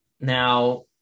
Now